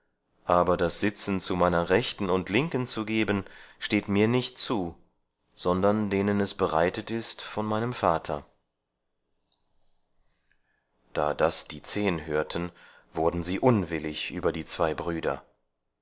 aber das sitzen zu meiner rechten und linken zu geben steht mir nicht zu sondern denen es bereitet ist von meinem vater da das die zehn hörten wurden sie unwillig über die zwei brüder